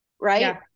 right